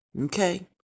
Okay